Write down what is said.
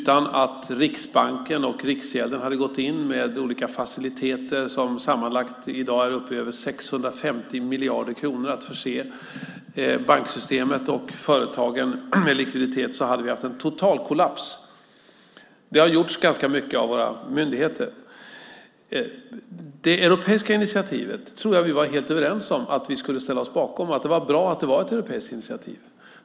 Om inte Riksbanken och Riksgälden hade gått in med olika faciliteter, som sammanlagt i dag är uppe i över 650 miljarder för att förse banksystemet och företagen med likviditet, hade vi haft en total kollaps. Det har gjorts ganska mycket av våra myndigheter. Jag tror att vi var helt överens om att vi skulle ställa oss bakom det europeiska initiativet och att det var bra att det var ett europeiskt initiativ.